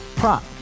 Prop